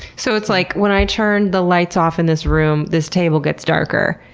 so it's like when i turned the lights off in this room, this table gets darker.